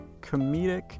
comedic